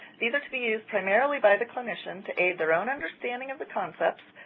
these are to be used primarily by the clinician to aid their own understanding of the concepts,